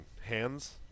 hands